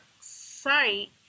site